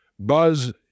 Buzz